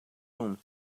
room